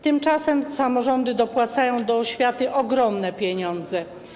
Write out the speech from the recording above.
Tymczasem samorządy dopłacają do oświaty ogromne pieniądze.